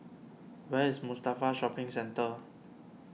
where is Mustafa Shopping Centre